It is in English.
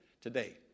today